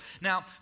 Now